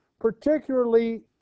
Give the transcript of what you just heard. particularly